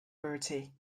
bertie